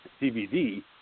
DVD